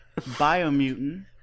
Biomutant